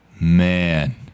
Man